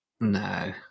No